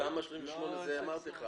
בתמ"א 38 זה לא יהיה.